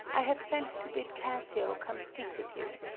i have sent to bid cassio come speak with you.